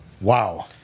Wow